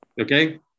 okay